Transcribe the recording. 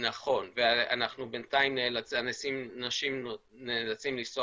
נכון ובינתיים אנשים נאלצים לנסוע